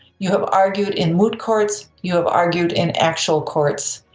you have argued in moot courts, you have argued in actual courts.